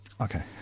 Okay